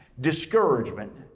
discouragement